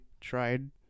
tried